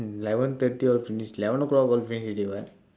eleven thirty all finish eleven o'clock all finished already [what]